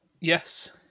Yes